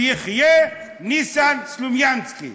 ויחיה ניסן סלומינסקי.